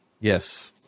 Yes